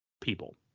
people